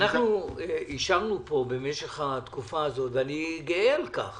אנחנו אישרנו פה במשך התקופה הזאת, ואני גאה על כך